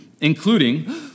including